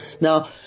Now